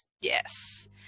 Yes